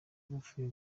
bavuye